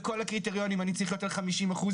בכל הקריטריונים אני צריך את ה-50 אחוז